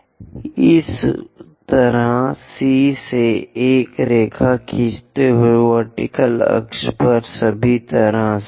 1 इसी तरह C से एक रेखा खींचते हुए वर्टिकल अक्ष पर सभी तरह से